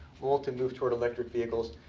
all to move toward electric vehicles.